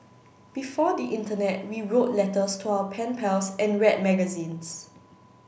before the internet we wrote letters to our pen pals and read magazines